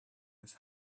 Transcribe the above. his